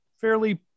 fairly